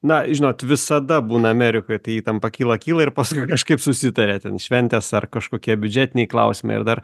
na žinot visada būna amerikoj tai įtampa kyla kyla ir paskui kažkaip susitaria ten šventės ar kažkokie biudžetiniai klausimai ir dar